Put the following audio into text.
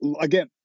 again